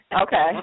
Okay